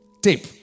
tape